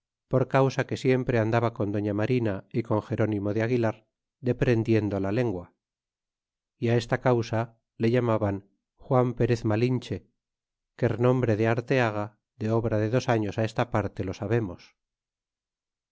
por causa que siempre andaba con doña marina y con gerónimo de aguilar deprendiendo la lengua y esta causa le llamaban juan perez malinche que renombre de arteaga de obra de dos años esta parte lo sabemos